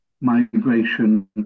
migration